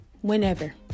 whenever